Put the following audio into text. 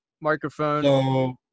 microphone